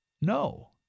no